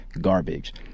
garbage